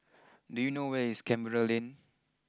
do you know where is Canberra Lane